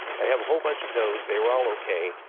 i have a whole bunch of nodes, they were all okay.